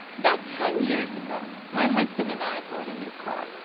about ten years ago my husband and i bought a new car.